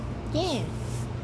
ஏன்:yean